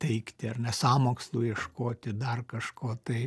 teigti ar ne sąmokslų ieškoti dar kažko tai